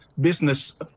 business